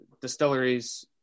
distilleries